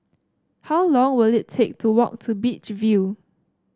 how long will it take to walk to Beach View